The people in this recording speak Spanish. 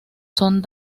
son